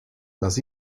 las